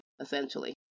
essentially